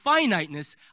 finiteness